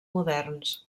moderns